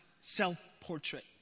self-portrait